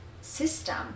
system